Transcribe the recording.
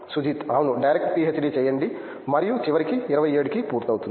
సుజిత్ అవును direct PhD చేయండి మరియు చివరికి 27 కి పూర్తవుతుంది